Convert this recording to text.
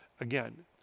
again